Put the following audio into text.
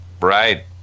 Right